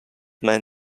main